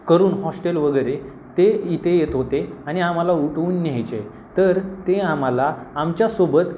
करून हॉस्टेल वगैरे ते इथे येत होते आणि आम्हाला उठवून न्यायचे तर ते आम्हाला आमच्यासोबत